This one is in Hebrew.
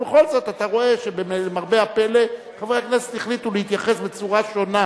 ובכל זאת אתה רואה שלמרבה הפלא חברי הכנסת החליטו להתייחס בצורה שונה,